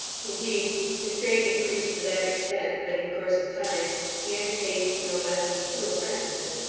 indeed his trade increased to that extent, that in course of time he entertained no less than two apprentices,